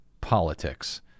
politics